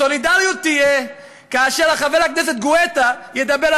סולידריות תהיה כאשר חבר הכנסת גואטה ידבר על